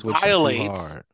violates